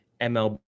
MLB